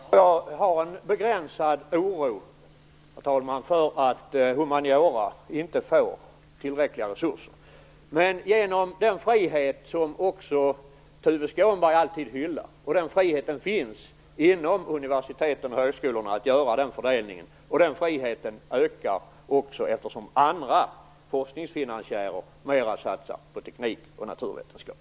Herr talman! Jag har en begränsad oro för att humaniora inte får tillräckliga resurser. Tuve Skånberg hyllar alltid friheten. Friheten att göra fördelningar finns inom universiteten och högskolorna. Den friheten ökar eftersom andra forskningsfinansiärer satsar mera på teknik och naturvetenskap.